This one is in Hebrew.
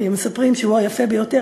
כי מספרים שהוא היפה ביותר,